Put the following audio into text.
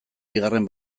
bigarren